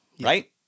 right